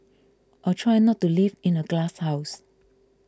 or try not to live in a glasshouse